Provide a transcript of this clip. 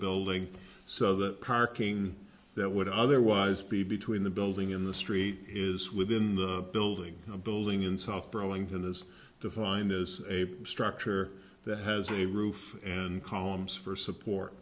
building so that parking that would otherwise be between the building in the street is within the building a building in south burlington is defined as a structure that has a roof and columns for